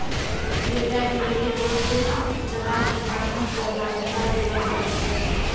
data के लेली बहुते दलाल एकरा मे सहभागिता देलो जाय छै